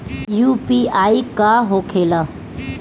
UPI का होखेला?